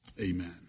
Amen